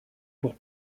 pour